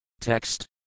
Text